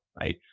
right